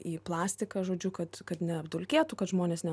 į plastiką žodžiu kad kad neapdulkėtų kad žmonės ne